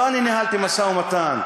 לא אני ניהלתי משא-ומתן.